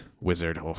wizard